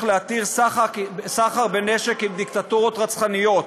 להתיר סחר בנשק עם דיקטטורות רצחניות.